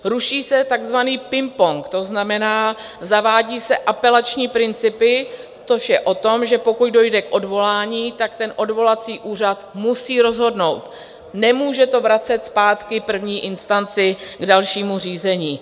Ruší se takzvaný pingpong, to znamená, zavádí se apelační principy, což je o tom, že pokud dojde k odvolání, odvolací úřad musí rozhodnout, nemůže to vracet zpátky první instanci k dalšímu řízení.